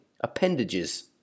appendages